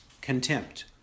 contempt